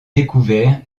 découvert